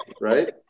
right